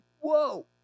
Whoa